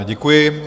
Děkuji.